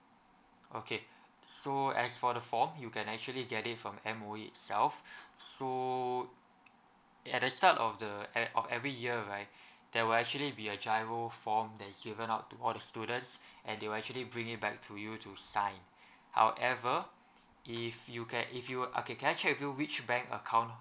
okay so as for the form you can actually get it from M_O_E itself so at the start of the e~ of every year right there will actually be a GIRO form that is given out to all the students and they will actually bring it back to you to sign however if you can if you are okay can I check with you which bank account